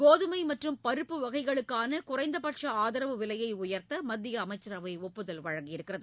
கோதுமை மற்றும் பருப்பு வகைகளுக்கான குறைந்தபட்ச ஆதரவு விலையை உயர்த்த மத்திய அமைச்சரவை ஒப்புதல் வழங்கியுள்ளது